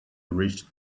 reached